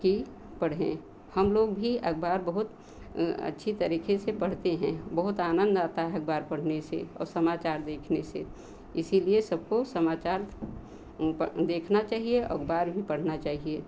कि पढ़ें हम लोग भी अखबार बहुत अच्छी तरीके से पढ़ते हैं बहुत आनंद आता है अखबार पढ़ने से और समाचार देखने से इसीलिए सबको समाचार देखना चाहिए अखबार भी पढ़ना चाहिए